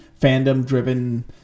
fandom-driven